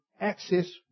access